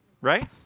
Right